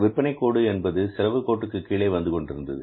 விற்பனை கோடு என்பது செலவுக் கோட்டுக்கு கீழே வந்துகொண்டிருந்தது